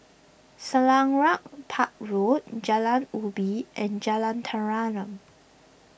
Selarang Park Road Jalan Ubi and Jalan Tenteram